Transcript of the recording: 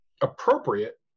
appropriate